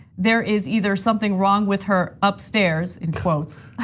there is either something wrong with her upstairs, in quotes.